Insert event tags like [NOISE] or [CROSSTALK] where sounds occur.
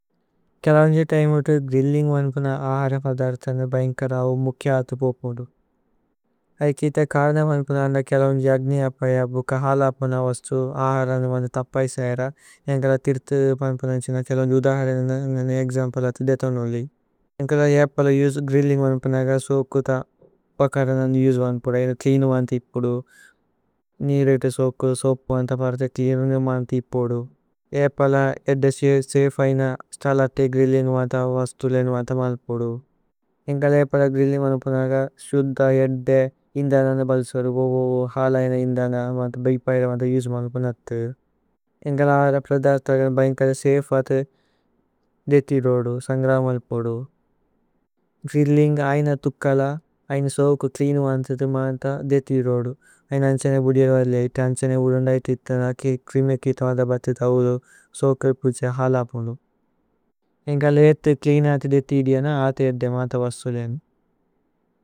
കേലവുന്ജി തൈമുത് ഗ്രില്ലിന്ഗ് വന്പുന ആഹര പദര്ഥനേ। ബൈന്കര ഔ മുക്കേ ആഥു പോപുന്ദു ഐകിത കര്നേ വന്പുന। അന്ദ കേലവുന്ജി അഗ്നി അപയ ബുക ഹലപുന വസ്തു ആഹര। അനു വന്ദു തപ്പൈസൈര യന്കല തിര്ഥു വന്പുന ആന്ഛിന। കേലവുന്ജി ഉധാഹര അനു വന്ദു ഏക്സമ്പ്ലേ അഥി ദേത നോല്ലി। [HESITATION] യന്കല യേപ്പല ഉസേ ഗ്രില്ലിന്ഗ് വന്പുന അഗ। സോകു ത ഉപകര അനു ഉസേ വന്പുദു യന്ദു ച്ലേഅന് വന്ഥിപുദു। നീരേതേ സോകു സോപു അന്തപര്ഥേ ച്ലേഅന് അനു വന്ഥിപുദു। യേപ്പല യേദ്ദേ സേഇഫ് ഐന സ്തലതേ ഗ്രില്ലിന്ഗ് വന്ഥ വസ്തുലേ। വന്ഥു വന്പുദു യന്കല യേപ്പല ഗ്രില്ലിന്ഗ് വന്പുന അഗ। സ്യുദ്ധ യേദ്ദേ ഇന്ദന അനുബല്സ്വരു ഗോഗോ ഹലയനേ ഇന്ദന। വന്ഥു ബ്യ്പൈര വന്ഥു ഉസേ വന്പുന അഥി യന്കല ആഹര। പദര്ഥനേ ബൈന്കര സേഇഫ് അഥ ദേതി ദോദു സന്ഗ്ര വന്പുദു। ഗ്രില്ലിന്ഗ് ഐന ഥുക്കല ഐന സോകു ച്ലേഅന് വന്ഥിഥു വന്ഥ। ദേതി ദോദു ഐന അന്ഛനേ ബുദിഅര വലി ഐത അന്ഛനേ ബുദിഅര। വലി ഐത അന്ഛനേ ബുദിഅര വലി ഐത അന്ഛനേ ബുദിഅര വലി ഐത।